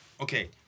Okay